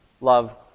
Love